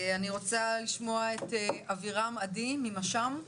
אני רוצה לשמוע את אבירם עדי מנש"מ.